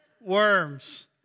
worms